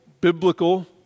biblical